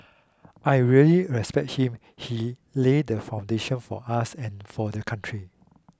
I really respect him he laid the foundation for us and for the country